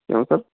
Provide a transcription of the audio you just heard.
क्यों सर